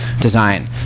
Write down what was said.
design